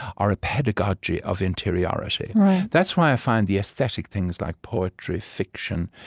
or a pedagogy of interiority that's why i find the aesthetic things, like poetry, fiction,